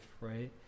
right